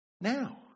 now